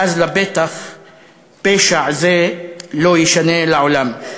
ואז פשע זה לבטח לא יישנה לעולם.